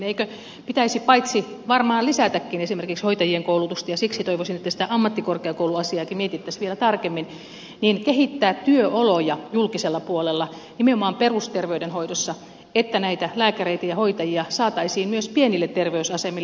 eikö pitäisi paitsi varmaan lisätäkin esimerkiksi hoitajien koulutusta ja siksi toivoisin että sitä ammattikorkeakouluasiaakin mietittäisiin vielä tarkemmin myös kehittää työoloja julkisella puolella nimenomaan perusterveydenhoidossa että näitä lääkäreitä ja hoitajia saataisiin myös pienille terveysasemille